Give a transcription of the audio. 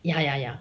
ya ya ya